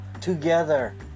together